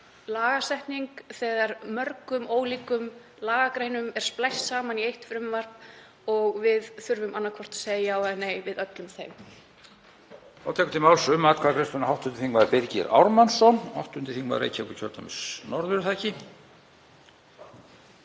lagasetning þegar mörgum ólíkum lagagreinum er splæst saman í eitt frumvarp og við þurfum annaðhvort að segja já eða nei við þeim